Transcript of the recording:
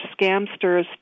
scamsters